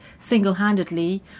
single-handedly